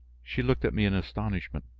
she looked at me in astonishment.